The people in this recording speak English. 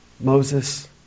Moses